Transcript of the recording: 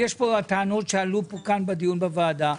ויש את הטענות שעלו כאן בדיון בוועדה,